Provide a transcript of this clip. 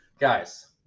Guys